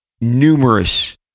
numerous